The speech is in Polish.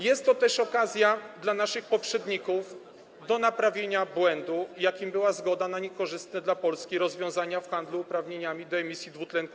Jest to też okazja dla naszych poprzedników do naprawienia błędu, jakim była zgoda na niekorzystne dla Polski rozwiązania w zakresie handlu uprawnieniami do emisji CO2.